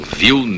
viu